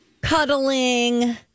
cuddling